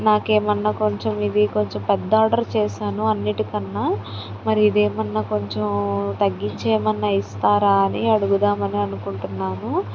నాకు ఏమైనా కొంచెం ఇది కొంచెం పెద్ద ఆర్డర్ చేసాను అన్నిటి కన్నా మరి ఇది ఏమైనా కొంచెం తగ్గించి ఏమైనా ఇస్తారా అని అడుగుదామని అనుకుంటున్నాను